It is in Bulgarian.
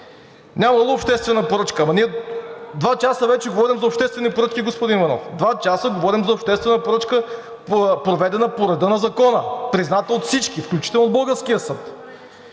Нямало е обществена поръчка, а ние два часа вече говорим за обществени поръчки, господин Иванов. Два часа говорим за обществена поръчка, проведена по реда на закона, призната от всички, включително и от българския съд.